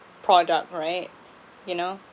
product right you know